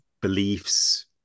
Beliefs